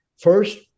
first